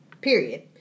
period